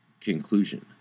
conclusion